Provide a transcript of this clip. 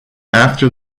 after